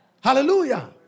Hallelujah